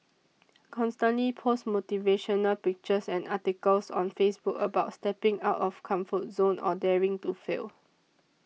constantly post motivational pictures and articles on Facebook about stepping out of comfort zone or daring to fail